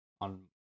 on